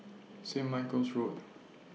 Saint Michael's Road